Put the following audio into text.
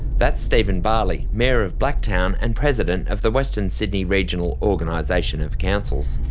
that's stephen bali, mayor of blacktown and president of the western sydney regional organisation of councils.